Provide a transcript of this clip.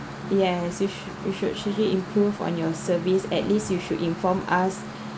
yes you you should actually improved on your service at least you should inform us